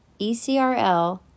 ECRL